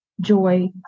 joy